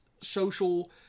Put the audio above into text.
social